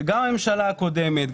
גם הממשלה הקודמת,